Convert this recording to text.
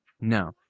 No